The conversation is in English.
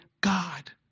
God